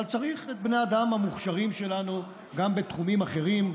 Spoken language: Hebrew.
אבל צריך את בני האדם המוכשרים שלנו גם בתחומים אחרים,